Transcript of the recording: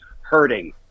hurting